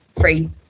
free